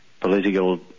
political